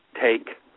take